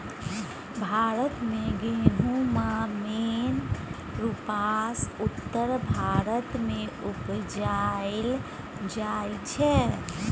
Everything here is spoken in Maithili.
भारत मे गहुम मेन रुपसँ उत्तर भारत मे उपजाएल जाइ छै